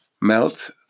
melt